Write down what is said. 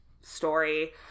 story